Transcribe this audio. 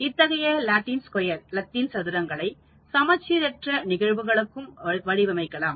இத்தகைய லத்தீன் சதுரங்களை சமச்சீரற்ற நிகழ்வுகளுக்கும் வடிவமைக்கவும்